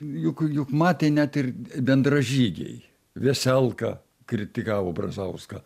juk juk matė net ir bendražygiai veselka kritikavo brazauską